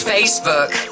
Facebook